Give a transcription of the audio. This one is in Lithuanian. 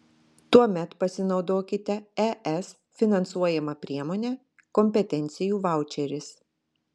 tuomet pasinaudokite es finansuojama priemone kompetencijų vaučeris